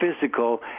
physical